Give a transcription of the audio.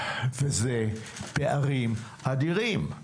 אלה פערים אדירים.